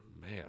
Man